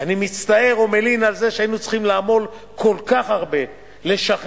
אני מצטער ומלין על זה שהיינו צריכים לעמול כל כך הרבה לשכנע